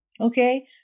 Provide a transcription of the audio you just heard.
okay